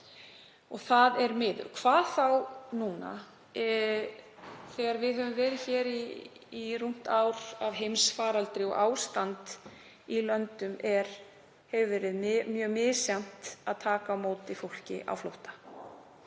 Það er miður og hvað þá núna þegar við höfum verið í rúmt ár í heimsfaraldri og ástand í löndum hefur verið mjög misjafnt til að taka á móti fólki á flótta.